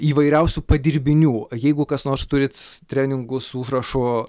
įvairiausių padirbinių jeigu kas nors turit treningus su užrašu